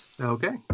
Okay